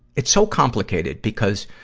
it's so complicated because